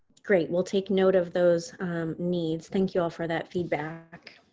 great. we'll take note of those needs. thank you all for that feedback.